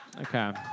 Okay